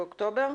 באוקטובר?